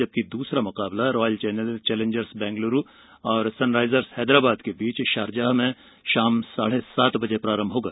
जबकि दूसरा मुकाबला रॉयल चैलेंजर्स बैंगलोर और सनराइजर्स हैदराबाद के बीच शारजाह में शाम साढ़े सात बजे शुरू होगा